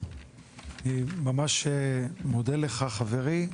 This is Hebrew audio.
אני ממש מודה לך, חברי.